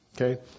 Okay